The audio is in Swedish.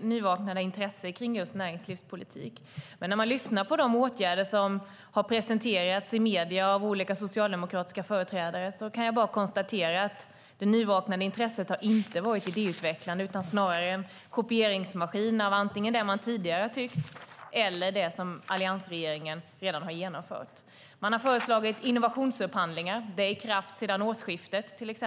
nyvaknade intresse för näringslivspolitik. Men när jag lyssnar på vad olika socialdemokratiska företrädare har presenterat i medierna om dessa åtgärder kan jag bara konstatera att det nyvaknade intresset inte har varit idéutvecklande utan snarare en kopieringsmaskin som kopierar antingen det man tidigare har tyckt eller det som alliansregeringen redan har genomfört. Man har föreslagit innovationsupphandlingar. Det är i kraft sedan årsskiftet.